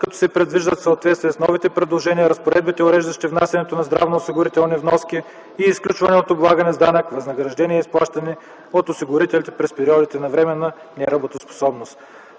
като се привеждат в съответствие с новите предложения разпоредбите, уреждащи внасянето на здравноосигурителни вноски и изключване от облагане с данък на възнагражденията, изплащани от осигурителите през периодите на временна неработоспособност.